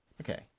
Okay